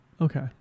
Okay